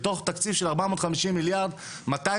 בתוך תקציב של ארבע מאות חמישים מיליארד מאתיים